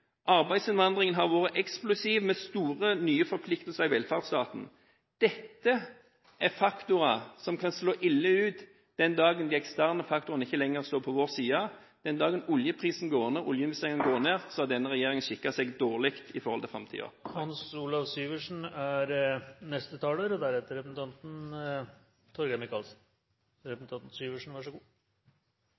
arbeidsinnvandringen har vært eksplosiv, med nye, store forpliktelser for velferdsstaten. Dette er faktorer som kan slå ille ut den dagen de eksterne faktorene ikke lenger står på vår side. Den dagen oljeprisen og oljeinvesteringene går ned, har denne regjeringen skikket seg dårlig i forhold til